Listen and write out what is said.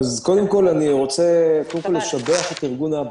אז קודם כול אני רוצה לשבח את ארגון אב"א.